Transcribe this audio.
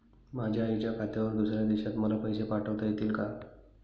माझ्या आईच्या खात्यावर दुसऱ्या देशात मला पैसे पाठविता येतील का?